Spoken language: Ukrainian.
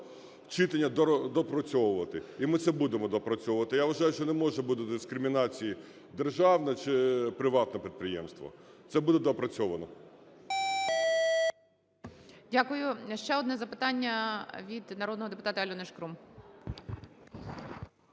читання доопрацьовувати, і ми це будемо доопрацьовувати. Я вважаю, що не може бути дискримінації, державне чи приватне підприємство. Це буде доопрацьовано. ГОЛОВУЮЧИЙ. Дякую. Ще одне запитання від народного депутата Альони Шкрум.